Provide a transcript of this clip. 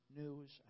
news